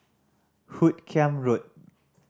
Hoot Kiam Road